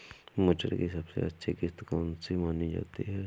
मटर की सबसे अच्छी किश्त कौन सी मानी जाती है?